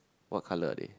what colour are they